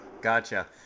Gotcha